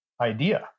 idea